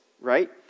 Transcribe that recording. right